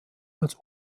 als